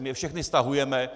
My je všechny stahujeme.